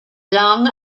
long